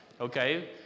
Okay